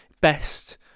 best